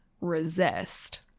resist